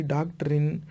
Doctrine